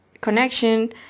connection